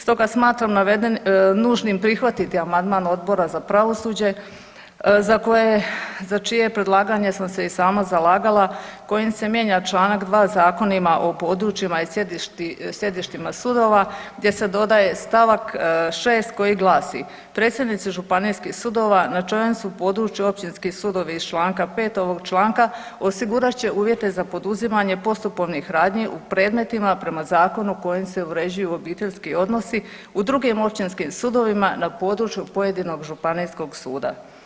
Stoga smatram nužnim prihvatiti amandman Odbora za pravosuđe za koje, za čije predlaganje sam se i sama zalagala kojim se mijenja Članak 2. zakonima o područjima i sjedištima sudova gdje se dodaje stavak 6. koji glasi: Predsjednici županijskih sudova na čijem su području općinski sudovi iz Članka 5. ovog članka osigurat će uvjete za poduzimanje postupovnih radnji u predmetima prema zakonu kojim se uređuju obiteljski odnosi u drugim općinskim sudovima na području pojedinog županijskog suda.